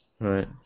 Right